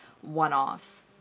one-offs